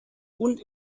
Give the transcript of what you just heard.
und